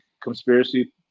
conspiracy